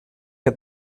que